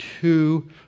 two